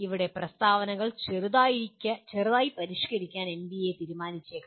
ഇവിടെ പ്രസ്താവനകൾ ചെറുതായി പരിഷ്കരിക്കാൻ എൻബിഎ തീരുമാനിച്ചേക്കാം